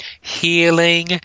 healing